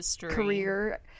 career